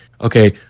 okay